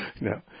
No